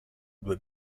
due